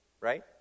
Right